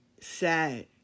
sad